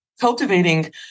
Cultivating